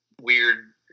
weird